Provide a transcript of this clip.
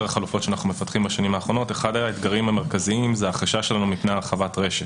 החלופות שאנחנו מפתחים בשנים האחרונות זה החשש שלנו מפני הרחבת רשת,